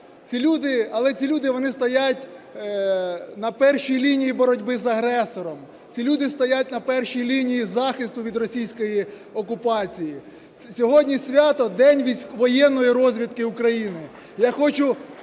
Але ці люди, вони стоять на першій лінії боротьби з агресором. Ці люди стоять на першій лінії захисту від російської окупації. Сьогодні свято – День воєнної розвідки України.